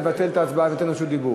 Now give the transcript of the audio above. נבטל את ההצבעה וניתן רשות דיבור.